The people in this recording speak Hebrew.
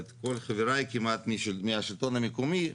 את כל חבריי כמעט מהשלטון המקומי,